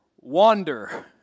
wander